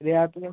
ਰਿਆਤ